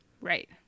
Right